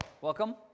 welcome